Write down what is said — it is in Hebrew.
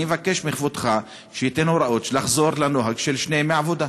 אני מבקש מכבודך שייתן הוראות לחזור לנוהג של שני ימי עבודה.